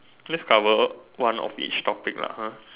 let's cover one of each topic lah !huh!